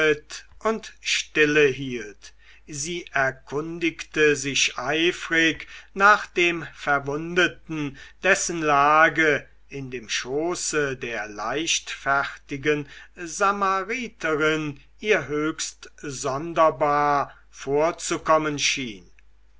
und stille hielt sie erkundigte sich eifrig nach dem verwundeten dessen lage in dem schoße der leichtfertigen samariterin ihr höchst sonderbar vorzukommen schien